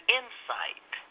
insight